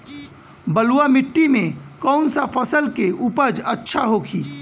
बलुआ मिट्टी में कौन सा फसल के उपज अच्छा होखी?